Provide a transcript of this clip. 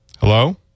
Hello